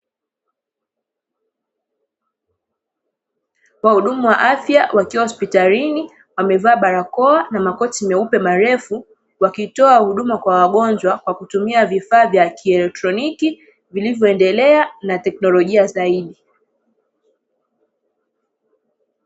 Wahudumu wa afya wakiwa hospitalini wamevaa barakoa na makoti meupe marefu wakitoa huduma kwa wagonjwa kwa kutumia vifaa vya kielektroniki vilivyoendelea na teknolojia zaidi.